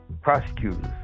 prosecutors